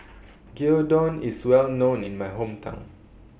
Gyudon IS Well known in My Hometown